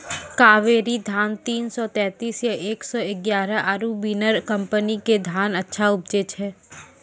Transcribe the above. कावेरी धान तीन सौ तेंतीस या एक सौ एगारह आरु बिनर कम्पनी के धान अच्छा उपजै छै?